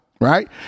right